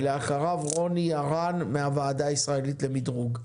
ואחריו רוני ארן, מהוועדה הישראלית למדרוג.